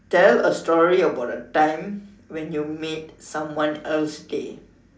tell a story about a time when you made someone else's day